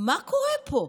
מה קורה פה?